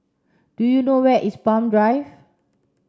do you know where is Palm Drive